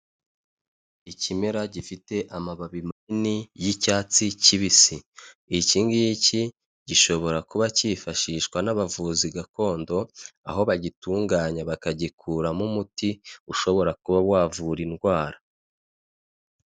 Icyimera gifite amababi manini y'icyatsi cyibisi. Ikingiki gishobora kuba cyifashishwa n'abavuzi gakondo aho bagitunganya bakagikuramo umuti ushobora kuba wavura indwara.